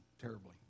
terribly